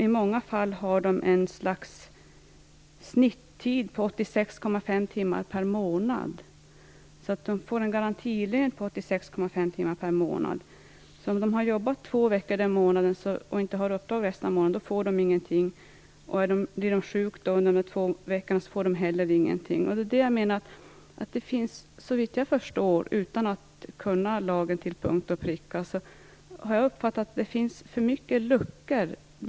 I många fall har de anställda ett slags snittid på 86,5 timmar per månad. Om de har arbetat två veckor under en månad och inte har några fler uppdrag den månaden får de inte lön för mer. Om de blir sjuka under de två återstående veckorna får de heller ingenting. Såvitt jag förstår, utan att kunna lagen till punkt och pricka, finns det för mycket luckor i lagen.